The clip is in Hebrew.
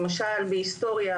למשל בהיסטוריה,